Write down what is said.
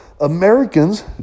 Americans